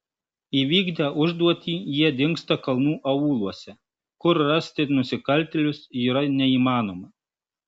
įvykdę užduotį jie dingsta kalnų aūluose kur rasti nusikaltėlius yra neįmanoma